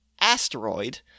asteroid